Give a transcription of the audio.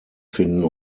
finden